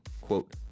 quote